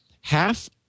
half